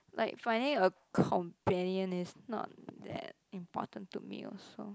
like finding a companion is not that important to me also